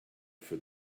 for